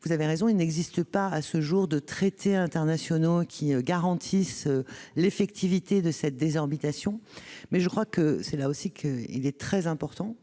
Vous avez raison, il n'existe pas, à ce jour, de traité international garantissant l'effectivité de cette désorbitation. C'est pourquoi, là aussi, il est très important